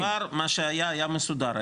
בעבר מה שהיה היה מסודר,